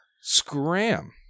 scram